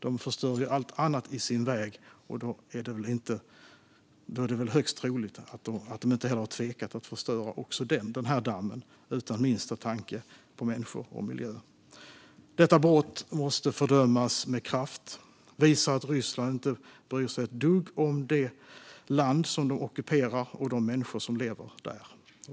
De förstör ju allt annat i sin väg, så det är väl högst troligt att de inte tvekar att förstöra också denna damm, utan minsta tanke på människor och miljö. Detta brott måste fördömas med kraft. Det visar att Ryssland inte bryr sig ett dugg om det land de ockuperar och de människor som lever där.